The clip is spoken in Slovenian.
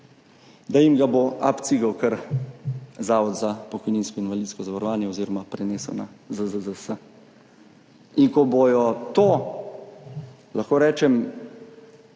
da jim ga bo abcigal kar Zavod za pokojninsko in invalidsko zavarovanje oziroma prenesel na ZZZS. In ko bodo to, lahko rečem,